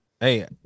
hey